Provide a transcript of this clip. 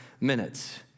minutes